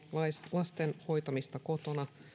lasten hoitamista kotona